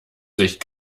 sich